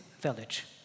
village